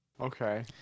okay